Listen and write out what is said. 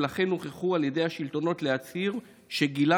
ולכן הם הוכרחו על ידי השלטונות להצהיר שגילם